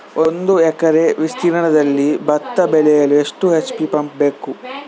ಒಂದುಎಕರೆ ವಿಸ್ತೀರ್ಣದಲ್ಲಿ ಭತ್ತ ಬೆಳೆಯಲು ಎಷ್ಟು ಎಚ್.ಪಿ ಪಂಪ್ ಬೇಕು?